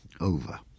over